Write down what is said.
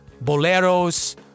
boleros